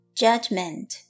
judgment